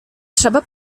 trzeba